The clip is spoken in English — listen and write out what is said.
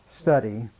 study